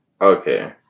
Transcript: okay